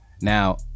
Now